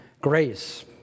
grace